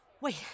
Wait